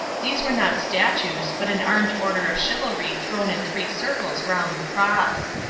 these were not statues but an armed order of chivalry thrown in three circles round the cross.